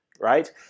right